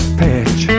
patch